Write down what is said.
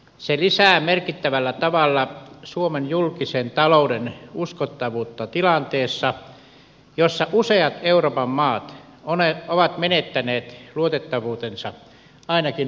se lisää merkittävällä tavalla suomen julkisen talouden uskottavuutta tilanteessa jossa useat euroopan maat ovat menettäneet luotettavuutensa ainakin luotonantajien silmissä